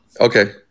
Okay